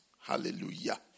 Hallelujah